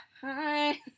Hi